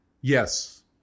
Yes